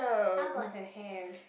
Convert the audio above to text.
how about her hair